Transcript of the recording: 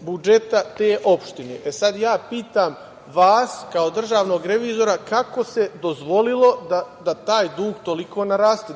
budžeta te opštine. Sada pitam vas, kao državnog revizora, kako se dozvolilo da taj dug toliko naraste?